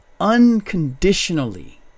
unconditionally